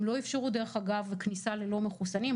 הם לא אפשרו כניסה ללא מחוסנים,